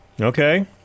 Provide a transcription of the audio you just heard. okay